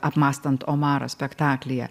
apmąstant omarą spektaklyje